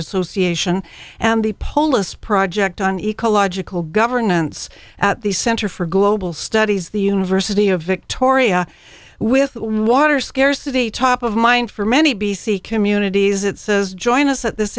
association and the polis project on ecological governance at the center for global studies the university of victoria with water scarcity top of mind for many b c communities it says join us at this